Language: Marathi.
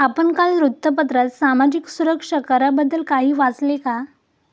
आपण काल वृत्तपत्रात सामाजिक सुरक्षा कराबद्दल काही वाचले का?